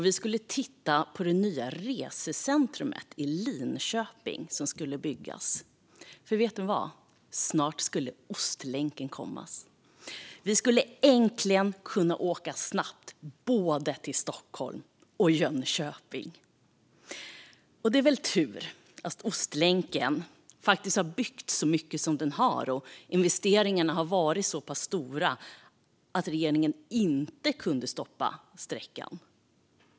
Vi skulle titta på det nya resecentrum som skulle byggas i Linköping, för snart skulle Ostlänken komma. Vi skulle äntligen kunna åka snabbt både till Stockholm och till Jönköping. Det är tur att det har byggts så mycket av Ostlänken och att investeringarna har varit så stora att regeringen inte kan stoppa sträckan.